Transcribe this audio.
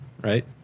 right